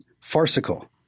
Farcical